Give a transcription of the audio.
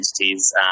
entities